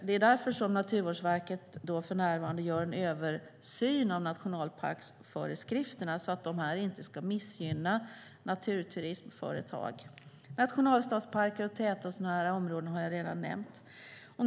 Det är därför som Naturvårdsverket för närvarande gör en översyn av nationalparksföreskrifterna så att de inte ska missgynna naturturismföretag. Nationalstadsparker och tätortsnära områden har jag redan nämnt.